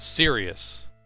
Serious